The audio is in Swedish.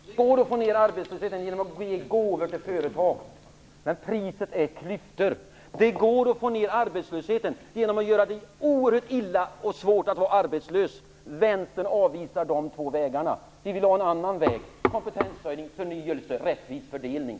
Fru talman! Det går att få ned arbetslösheten genom att ge gåvor till företag. Men priset är klyftor. Det går att få ned arbetslösheten genom att göra det oerhört svårt att vara arbetslös. Vänstern avvisar de två vägarna. Vi vill följa en annan väg: kompetenshöjning, förnyelse, rättvis fördelning.